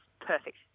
perfect